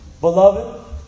Beloved